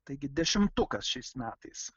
taigi dešimtukas šiais metais